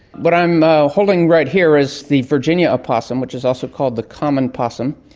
what i'm holding right here is the virginia opossum which is also called the common possum.